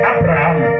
Abraham